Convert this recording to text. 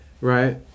right